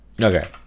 Okay